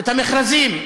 את המכרזים.